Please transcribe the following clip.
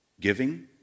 Giving